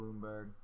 Bloomberg